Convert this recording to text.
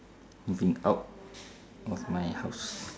moving out of my house